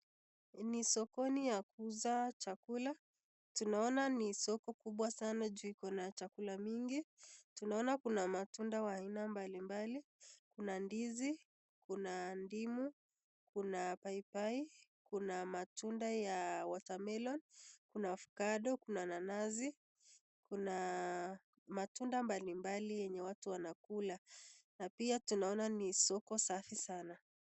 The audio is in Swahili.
Ni sokoni ya kuuza chakula, tunaona ni soko kubwa sana juu iko na chakula mingi. Tunaona kuna matunda wa aina mbalimbali: kuna ndizi, kuna ndimu, kuna paipai, kuna matunda ya watermelon , kuna avocado, kuna nanazi, kuna matunda mbalimbali yenye watu wanakula na pia tunaona ni soko safi sana.